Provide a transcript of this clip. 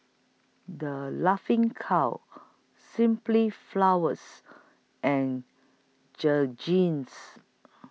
The Laughing Cow Simply Flowers and Jergens